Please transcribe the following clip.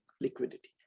liquidity